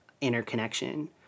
interconnection